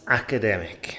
academic